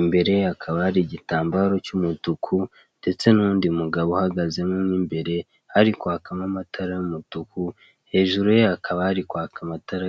imbere hakaba hari igitambaro cy'umutuku, ndetse n'undi mugabo uhagaze mo imbere, hari kwaka mo amatara y'umutuku, hejuru ye hakaba hari kwaka amatara